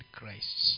Christ